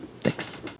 thanks